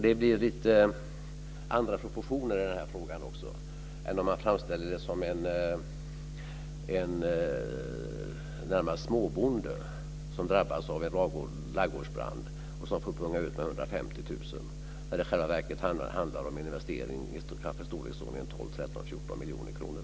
Det blir lite andra proportioner i den här frågan än om man framställer det som en närmast småbonde som drabbas av en ladugårdsbrand och får punga ut med 150 000 kr när det i själva verket handlar om en investering på i storleksordningen 12-14 miljoner kronor.